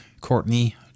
Courtney